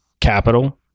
capital